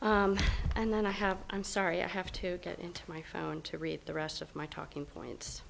and then i have i'm sorry i have to get into my phone to read the rest of my talking points